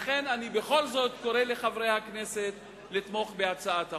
לכן אני בכל זאת קורא לחברי הכנסת לתמוך בהצעת החוק.